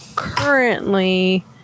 currently